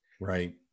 Right